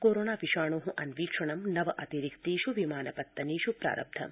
corona विषाणो अन्वीक्षणं नव अतिरिक्तेष् विमानपत्तनेष् प्रारब्धम्